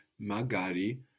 magari